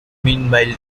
meanwhile